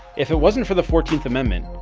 if it wasn't for the fourteenth amendment,